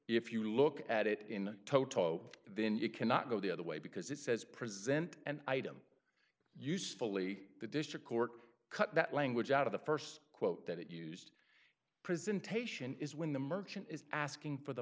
if you look at it in toto then you cannot go the other way because it says present and item usefully the district court cut that language out of the first quote that it used presentation is when the merchant is asking for the